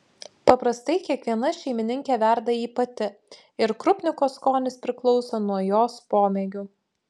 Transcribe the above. paprastai kiekviena šeimininkė verda jį pati ir krupniko skonis priklauso nuo jos pomėgių